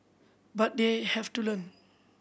but they have to learn